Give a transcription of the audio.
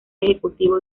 ejecutivo